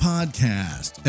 Podcast